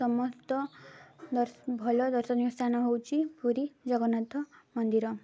ସମସ୍ତ ଭଲ ଦର୍ଶନୀୟ ସ୍ଥାନ ହେଉଛି ପୁରୀ ଜଗନ୍ନାଥ ମନ୍ଦିର